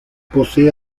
posee